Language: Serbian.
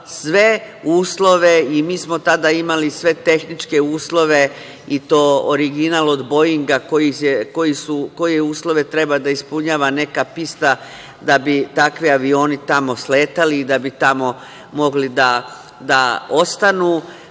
sve uslove. Mi smo tada imali sve tehničke uslove i to original od boinga koje uslove treba da ispunjava neka pista da bi takvi avioni tamo sletali i da bi tamo mogli da